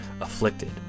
afflicted